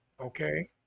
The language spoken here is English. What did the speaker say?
Okay